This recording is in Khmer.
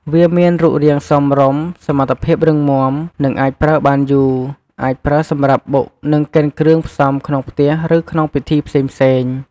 វាមានរូបរាងសមរម្យ សមត្ថភាពរឹងមាំ និងអាចប្រើបានយូរ អាចប្រើសម្រាប់បុកនិងកិនគ្រឿងផ្សំក្នុងផ្ទះ ឬក្នុងពិធីផ្សេងៗ។